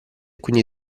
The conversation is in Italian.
quindi